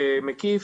מקיף,